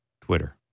Twitter